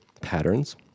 patterns